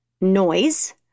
noise